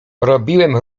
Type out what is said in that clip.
robiłem